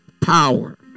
power